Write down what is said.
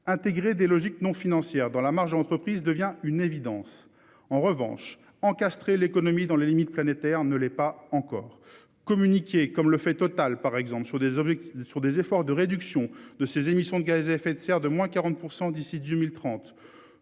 intégrer des logiques non financières dans la marge entreprise devient une évidence. En revanche. L'économie dans la limite planétaire ne l'ai pas encore communiqué comme le fait Total par exemple sur des objets qui sont des efforts de réduction de ses émissions de gaz à effet de serre, de moins 40% d'ici 2030,